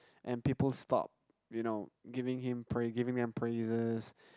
and people stop you know giving him prai~ giving them praises